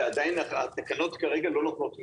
ועדיין התקנות כרגע לא נותנות מענה.